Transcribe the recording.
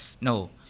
No